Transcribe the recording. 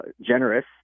generous